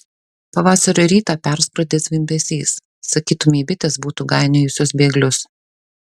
pavasario rytą perskrodė zvimbesys sakytumei bitės būtų gainiojusios bėglius